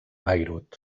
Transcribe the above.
bayreuth